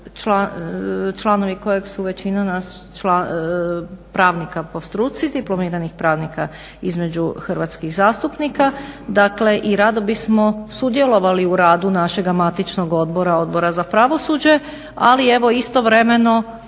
članovi kojeg su većina nas pravnika po struci, diplomiranih pravnika između hrvatskih zastupnika i rado bismo sudjelovali u radu našega matičnog odbora, Odbora za pravosuđe, ali evo istovremeno